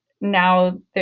now